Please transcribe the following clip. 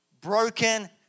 broken